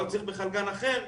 אולי הוא צריך בכלל גן אחר?